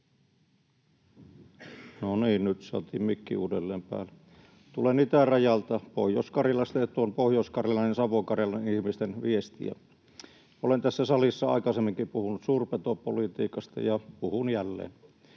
Content: Arvoisa puhemies! Tulen itärajalta Pohjois-Karjalasta, ja tuon Pohjois-Karjalan ja Savo-Karjalan ihmisten viestiä: Olen tässä salissa aikaisemminkin puhunut suurpetopolitiikasta, ja puhun jälleen.